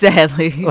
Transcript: Sadly